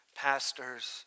Pastors